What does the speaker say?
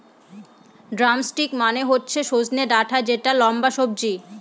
drumstick মানে হচ্ছে সজনে ডাটা যেটা লম্বা সবজি